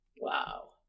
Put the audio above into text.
Wow